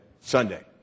Sunday